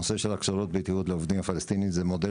נושא הכשרות הבטיחות לעובדים הפלסטינים זה מודל